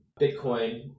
bitcoin